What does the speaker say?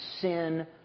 sin